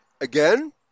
Again